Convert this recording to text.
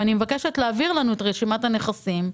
ואני מבקשת להעביר לנו את רשימת הנכסים.